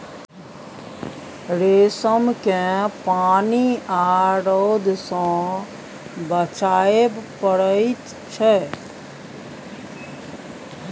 रेशम केँ पानि आ रौद सँ बचाबय पड़इ छै